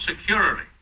security